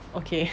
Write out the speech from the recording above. okay